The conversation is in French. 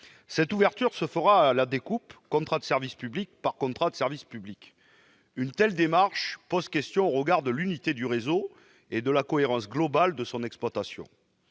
Cette ouverture se fera à la découpe, contrat de service public par contrat de service public. Une telle démarche pose question au regard de l'unité du réseau et de la cohérence globale de son exploitation.